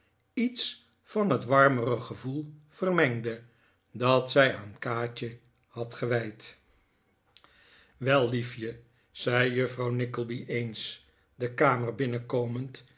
iets van het warmere gevoel vermengde dat zij aan kaatje had gewijd wel lief je zei juffrouw nickleby eens de kamer binnenkomend